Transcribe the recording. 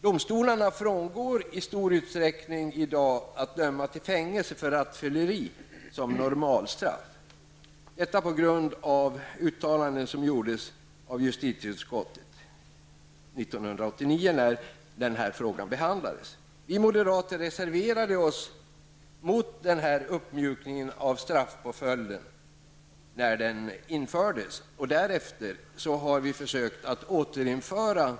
Domstolarna frångår i dag i stor utsträckning att döma till fängelse för rattfylleri som normalstraff, detta till följd av uttalanden från justitieutskottet 1989 när frågan behandlades. Vi moderater reserverade oss mot denna uppmjukning av straffpåföljden när den infördes. Därefter har vi försökt återinföra